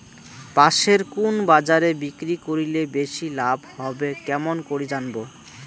পাশের কুন বাজারে বিক্রি করিলে বেশি লাভ হবে কেমন করি জানবো?